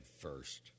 first